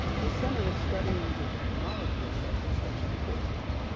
the center is studying the technology of such such networks,